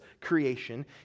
creation